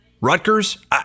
Rutgers